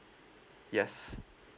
yes